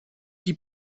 qui